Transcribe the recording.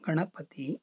Ganapati